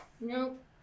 Nope